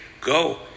Go